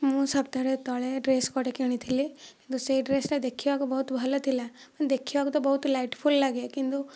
ମୁଁ ସପ୍ତାହଟିଏ ତଳେ ଡ୍ରେସ ଗୋଟେ କିଣିଥିଲି କିନ୍ତୁ ସେଇ ଡ୍ରେସଟା ଦେଖିବାକୁ ବହୁତ ଭଲ ଥିଲା ଦେଖିବାକୁ ତ ବହୁତ ଲାଇଟଫୁଲ ଲାଗେ କିନ୍ତୁ